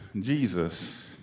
Jesus